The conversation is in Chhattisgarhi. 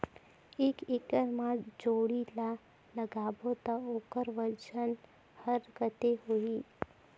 एक एकड़ मा जोणी ला लगाबो ता ओकर वजन हर कते होही?